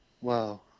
Wow